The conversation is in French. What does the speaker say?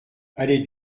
allez